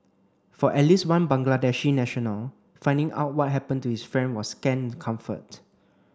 for at least one Bangladeshi national finding out what happened to his friend was scant comfort